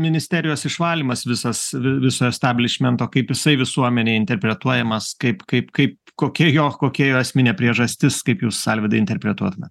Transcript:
ministerijos išvalymas visas viso establišmento kaip jisai visuomenėj interpretuojamas kaip kaip kaip kokia jo kokia jo esminė priežastis kaip jūs alvydai interpretuotumė